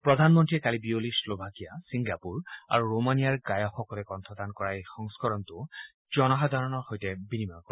প্ৰধানমন্ত্ৰীয়ে কালি বিয়লি শ্লোভাকিয়া ছিংগাপুৰ আৰু ৰোমানিয়াৰ গায়কসকলে কণ্ঠদান কৰা এই সংস্কৰণটো জনসাধাৰণৰ সৈতে বিনিময় কৰে